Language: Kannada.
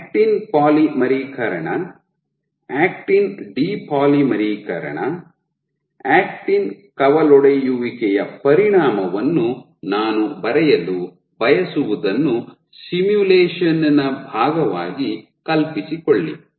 ಆಕ್ಟಿನ್ ಪಾಲಿಮರೀಕರಣ ಆಕ್ಟಿನ್ ಡಿಪಾಲಿಮರೀಕರಣ ಆಕ್ಟಿನ್ ಕವಲೊಡೆಯುವಿಕೆಯ ಪರಿಣಾಮವನ್ನು ನಾನು ಬರೆಯಲು ಬಯಸುವದನ್ನು ಸಿಮ್ಯುಲೇಶನ್ ನ ಭಾಗವಾಗಿ ಕಲ್ಪಿಸಿಕೊಳ್ಳಿ